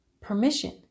permission